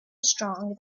strong